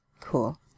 cool